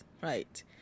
Right